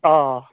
آ